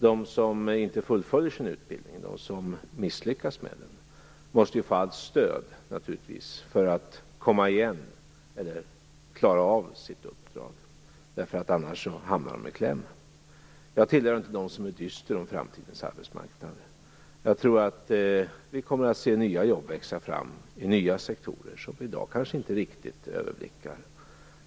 De som inte fullföljer sin utbildning eller som misslyckas med den måste naturligtvis få allt stöd för att kunna komma igen och klara av sin uppgift. Annars hamnar dessa ungdomar i kläm. Jag hör inte till dem som är dyster när det gäller framtidens arbetsmarknad. Vi kommer att se nya jobb växa fram i nya sektorer som vi i dag kanske inte riktigt överblickar.